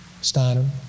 Steiner